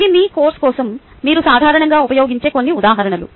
ఇవి మీ కోర్సు కోసం మీరు సాధారణంగా ఉపయోగించే కొన్ని ఉదాహరణలు